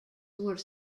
were